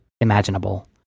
imaginable